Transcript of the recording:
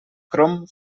crom